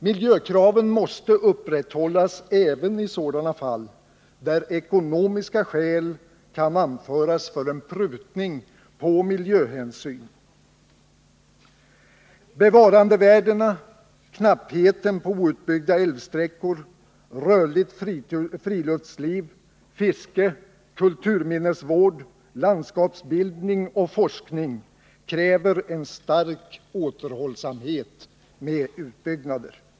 Miljökraven måste upprätthållas även i sådana fall där ekonomiska skäl kan anföras för en prutning på miljöhänsyn. Bevarandevärdena, knappheten på outbyggda älvsträckor, rörligt friluftsliv, fiske, kulturminnesvård, landskapsbildning och forskning kräver en stark återhållsamhet med utbyggnader.